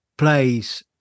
Plays